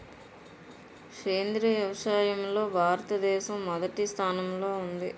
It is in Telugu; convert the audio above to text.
సేంద్రీయ వ్యవసాయంలో భారతదేశం మొదటి స్థానంలో ఉంది